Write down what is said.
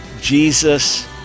Jesus